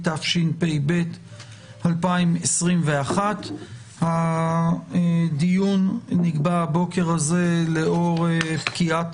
התשפ"ב 2021. הדיון נקבע הבוקר לאור פקיעת